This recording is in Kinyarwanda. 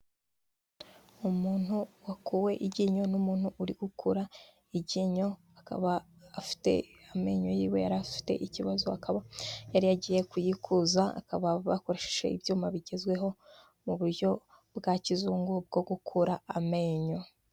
Umuntu wakuwe iryinyo n'umuntu uri gukura iryinyo, akaba afite amenyo yiwe, yari afite ikibazo akaba yari yagiye kuyikuza, bakaba bakoresheje ibyuma bigezweho mu buryo bwa kizungu bwo gukura amenyo.